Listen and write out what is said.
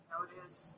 Notice